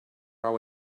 our